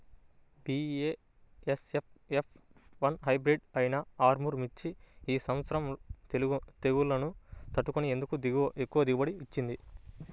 BASF F one hybrid అయినా ఆర్ముర్ మిర్చి ఈ సంవత్సరం తెగుళ్లును తట్టుకొని ఎందుకు ఎక్కువ దిగుబడి ఇచ్చింది?